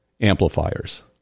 amplifiers